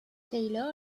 taylor